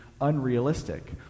unrealistic